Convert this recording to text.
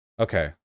Okay